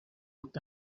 looked